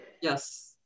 Yes